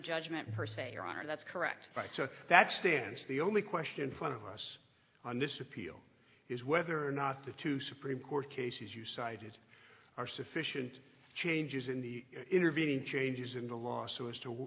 judgment per se your honor that's correct so that stands the only question for us on this appeal is whether or not the two supreme court cases you cited are sufficient changes in the intervening changes in the law so as to